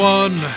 one